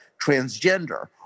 transgender